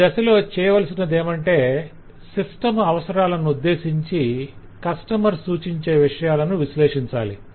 ఈ దశలో చేయవలసినదేమంటే సిస్టమ్ అవసరాలను ఉద్దేశించి కస్టమర్ సూచించే విషయాలను విశ్లేషించాలి